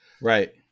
Right